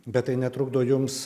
bet tai netrukdo jums